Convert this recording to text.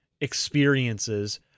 experiences